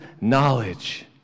knowledge